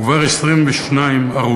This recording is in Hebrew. וכבר 22 הרוגים